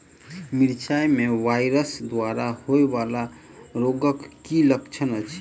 मिरचाई मे वायरस द्वारा होइ वला रोगक की लक्षण अछि?